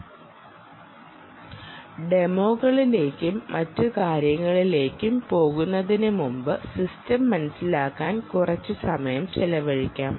ടെമോകളിലേക്കും മറ്റ് കാര്യങ്ങളിലേക്കും പോകുന്നതിനുമുമ്പ് സിസ്റ്റം മനസിലാക്കാൻ കുറച്ച് സമയം ചെലവഴിക്കാം